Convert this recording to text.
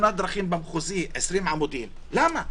לתאונת דרכים במחוזי - 20 עמודים למה?